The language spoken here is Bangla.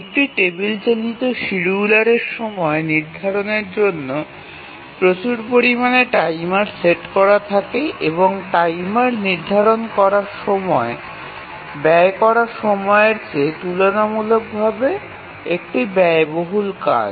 একটি টেবিল চালিত শিডিয়ুলারে সময় নির্ধারণের জন্য প্রচুর পরিমাণে টাইমার সেট করা থাকে এবং টাইমার নির্ধারণ করা সময় ব্যয় করা সময়ের চেয়ে তুলনামূলকভাবে একটি ব্যয়বহুল কাজ